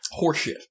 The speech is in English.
Horseshit